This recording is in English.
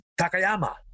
takayama